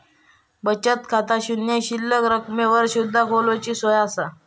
बचत खाता शून्य शिल्लक रकमेवर सुद्धा खोलूची सोया असा